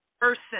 person